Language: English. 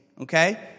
Okay